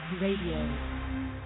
Radio